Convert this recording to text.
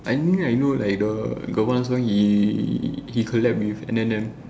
I mean I know like the got one song he collab with Eminen